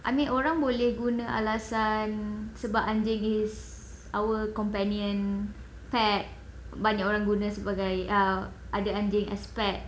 I mean orang boleh guna alasan sebab anjing is our companion pet banyak orang guna sebagai ah ada anjing as pet